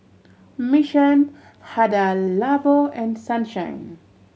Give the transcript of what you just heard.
Mission Hada Labo and Sunshine